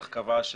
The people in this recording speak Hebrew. אבל קבע